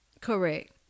Correct